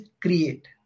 create